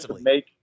make